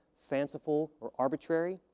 fanciful, or arbitrary.